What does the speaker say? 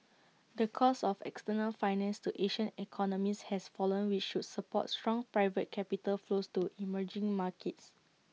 the cost of external finance to Asian economies has fallen which should support strong private capital flows to emerging markets